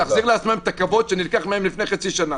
להחזיר לעצמם את הכבוד שנלקח מהם לפני חצי שנה.